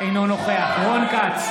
אינו נוכח רון כץ,